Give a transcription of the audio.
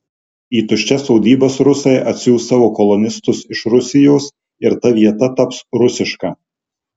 į tuščias sodybas rusai atsiųs savo kolonistus iš rusijos ir ta vieta taps rusiška